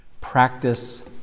Practice